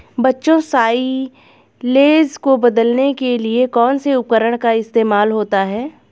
बच्चों साइलेज को बदलने के लिए कौन से उपकरण का इस्तेमाल होता है?